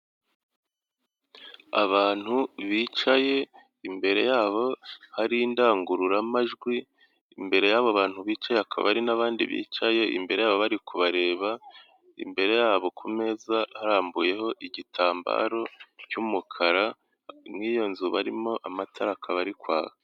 Abantu bicaye imbere y'abo hari indangururamajwi, imbere y'aba bantu bicaye hakaba hari n'abandi bicaye imbere y'abo bari kubareba, imbere y'abo ku meza harambuyeho igitambaro cy'umukara, n'iyo nzu barimo amatara akaba ari kwaka.